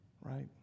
right